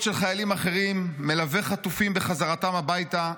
"מלווה חטופים בחזרתם הביתה,